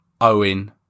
Owen